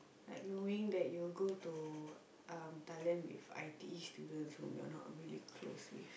like knowing that you'll go to Thailand with i_t_e students whom you're not really close with